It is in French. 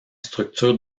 structure